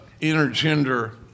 intergender